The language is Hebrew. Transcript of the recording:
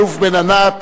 האלוף בן-ענת,